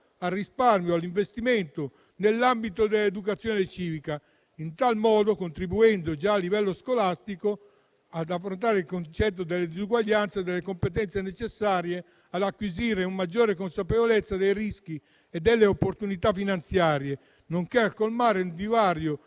al risparmio, all'investimento nell'ambito dell'educazione civica, in tal modo contribuendo già a livello scolastico ad affrontare il concetto delle disuguaglianze e delle competenze necessarie ad acquisire un maggiore consapevolezza dei rischi e delle opportunità finanziarie, nonché a colmare il divario